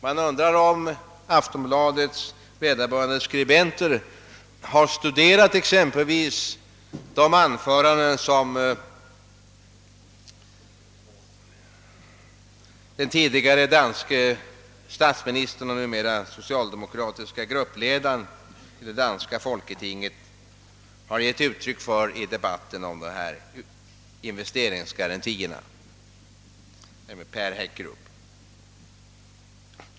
Man undrar om vederbörande skribenter i Aftonbladet har studerat exempelvis de anföranden som den tidigare danske utrikesministern och numera socialdemokratiske gruppledaren i det danska folketinget, Per Hakkerup, hållit i debatten om investeringsgarantierna.